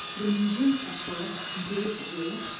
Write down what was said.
the legions at first gave way,